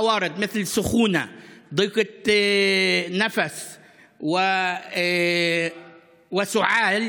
היום ברהט וגם בירושלים הערבית ומחר ומוחרתיים